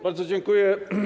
Bardzo dziękuję.